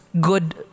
good